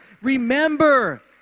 Remember